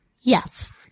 Yes